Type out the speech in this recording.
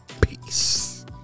Peace